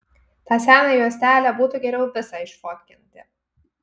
tą seną juostelę būtų geriau visą išfotkinti